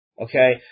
Okay